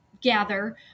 gather